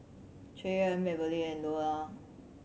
Cheyanne Marybelle and Loula